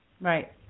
Right